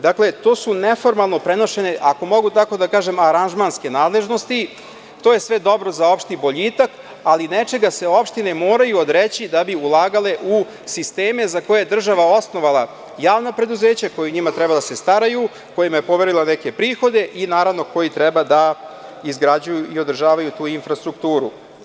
Dakle, to neformalno prenošenje, ako mogu tako da kažem, aranžmanske nadležnosti, to je sve dobro za opšti boljitak, ali nečega se opštine moraju odreći da bi ulagale u sisteme za koje je država osnovala javna preduzeća koji o njima treba da se staraju, kojima je poverila neke prihode i naravno koji treba da izgrađuju i održavaju tu infrastrukturu.